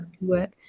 work